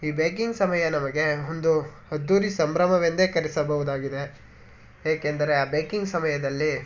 ಈ ಬೇಕಿಂಗ್ ಸಮಯ ನಮಗೆ ಒಂದು ಅದ್ದೂರಿ ಸಂಭ್ರಮವೆಂದೇ ಕರೆಸಬಹುದಾಗಿದೆ ಏಕೆಂದರೆ ಆ ಬೇಕಿಂಗ್ ಸಮಯದಲ್ಲಿ